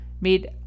made